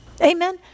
Amen